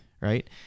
Right